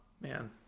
man